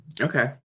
Okay